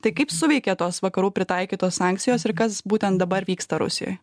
tai kaip suveikė tos vakarų pritaikytos sankcijos ir kas būtent dabar vyksta rusijoj